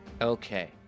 Okay